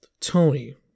Tony